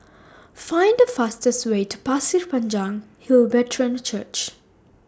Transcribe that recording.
Find The fastest Way to Pasir Panjang Hill Brethren Church